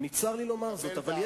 צריך להגיד,